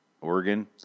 Oregon